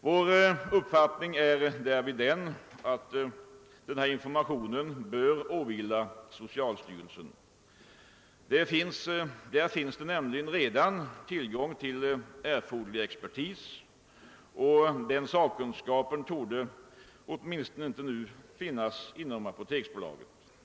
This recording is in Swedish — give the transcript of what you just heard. Vår uppfattning på denna punkt är att denna information bör åvila socialstyrelsen. Där finns nämligen redan tillgång till erforderlig expertis, och den sakkunskapen torde åtminstone inte nu finnas inom apoteksbolaget.